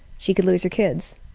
she could lose her kids.